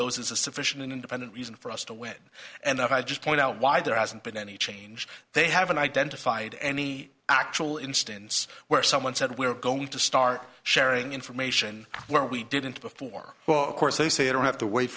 those is a sufficient independent reason for us to win it and that i just point out why there hasn't been any change they haven't identified any actual instance where someone said we're going to start sharing information where we didn't before well of course they say don't have to wait